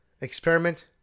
experiment